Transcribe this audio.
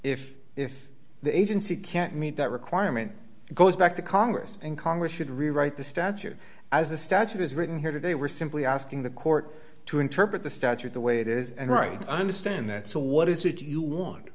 if if the agency can't meet that requirement goes back to congress and congress should rewrite the statute as the statute is written here today we're simply asking the court to interpret the statute the way it is and write understand that so what is it you want